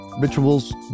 rituals